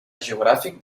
geogràfic